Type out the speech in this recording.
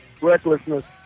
recklessness